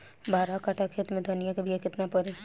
बारह कट्ठाखेत में धनिया के बीया केतना परी?